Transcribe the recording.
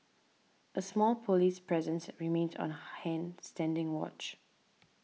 a small police presence remained on hand standing watch